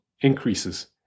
increases